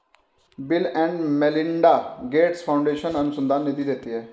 bill and Melinda Gates Foundation अनुसंधान निधि देती है